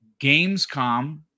Gamescom